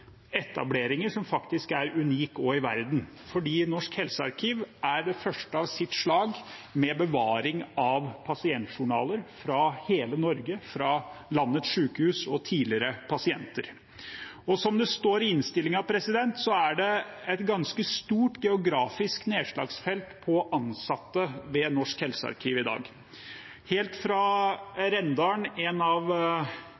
etableringer som faktisk er unike, også i verden, for Norsk helsearkiv er det første av sitt slag, med bevaring av pasientjournaler fra hele Norge, fra landets sykehus og tidligere pasienter. Som det står i innstillingen, er det et ganske stort geografisk nedslagsfelt på ansatte ved Norsk helsearkiv i dag. Helt fra